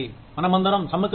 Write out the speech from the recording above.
మన మందరం సమ్మెకు వెళ్దాం